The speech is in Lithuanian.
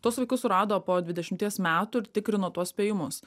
tuos vaikus surado po dvidešimties metų ir tikrino tuos spėjimus